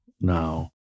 now